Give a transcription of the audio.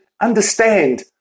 understand